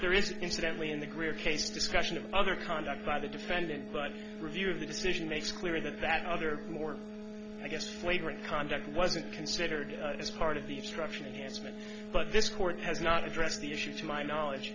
there is incidentally in the greer case discussion of other conduct by the defendant but review of the decision makes clear that that other more against flagrant conduct wasn't considered as part of the obstruction but this court has not addressed the issue to my knowledge